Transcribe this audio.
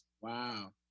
Wow